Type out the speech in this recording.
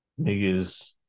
niggas